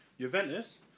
Juventus